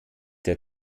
der